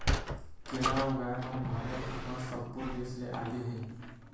केरा ऊगाए म भारत ह सब्बो देस ले आगे हे